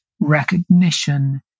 recognition